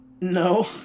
No